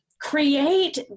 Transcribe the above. create